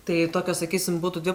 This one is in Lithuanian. tai tokios sakysim būtų dvi